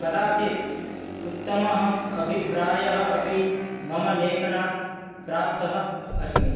कदाचित् उत्तमः अभिप्रायः अपि मम लेखनात् प्राप्तः अस्मि